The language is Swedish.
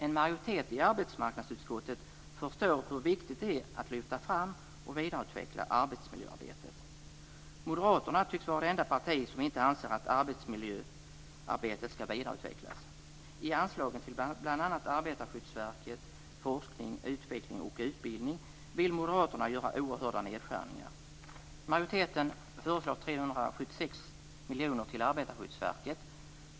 En majoritet i arbetsmarknadsutskottet förstår hur viktigt det är att lyfta fram och vidareutveckla arbetsmiljöarbetet. Moderaterna tycks vara det enda parti som inte anser att arbetsmiljöarbetet skall vidareutvecklas. I anslagen till bl.a. Arbetarskyddsverket och till forskning, utveckling och utbildning vill moderaterna göra oerhörda nedskärningar. Majoriteten föreslår 376 miljoner till Arbetarskyddsverket.